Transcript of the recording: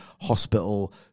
hospital